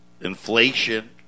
Inflation